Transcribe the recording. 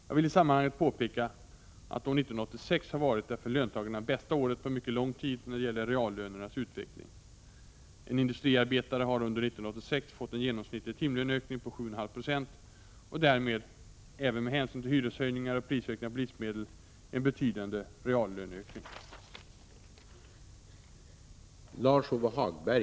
Jag vill i sammanhanget påpeka att år 1986 har varit det för löntagarna bästa året på mycket lång tid när det gäller reallönernas utveckling. En industriarbetare har under år 1986 fått en genomsnittlig timlöneökning på 7,5 Jo och därmed — även med hänsyn till hyreshöjningar och prisökningar på livsmedel — en betydande reallöneökning.